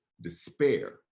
despair